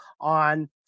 on